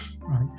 Right